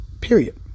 Period